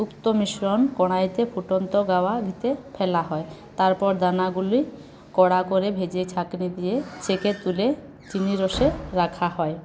উক্ত মিশ্রণ কড়াইতে ফুটন্ত গাওয়া ঘিতে ফেলা হয় তারপর দানাগুলি কড়া করে ভেজে ছাঁকনি দিয়ে ছেঁকে তুলে চিনির রসে রাখা হয়